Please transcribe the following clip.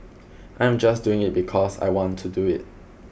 I am just doing it because I want to do it